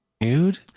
dude